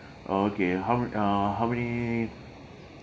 oh okay how uh how many